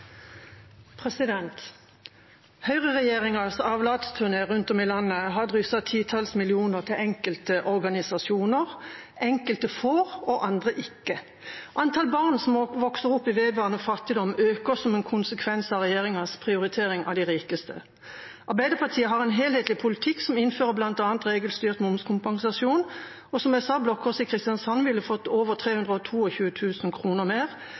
Høyreregjeringas avlatsturné rundt om i landet har drysset titalls millioner kroner over enkelte organisasjoner. Enkelte får og andre ikke. Antall barn som vokser opp i vedvarende fattigdom, øker som en konsekvens av regjeringas prioritering av de rikeste. Arbeiderpartiet har en helhetlig politikk som innfører bl.a. regelstyrt momskompensasjon, og som jeg sa: Blå Kors i Kristiansand ville ha fått over